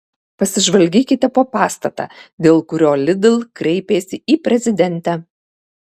pasižvalgykite po pastatą dėl kurio lidl kreipėsi į prezidentę